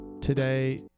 today